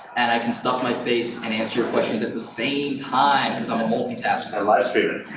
and i can stuff my face and answer your questions at the same time, cause i'm a multitasker like